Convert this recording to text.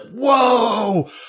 whoa